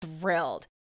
thrilled